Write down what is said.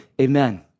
amen